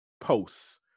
posts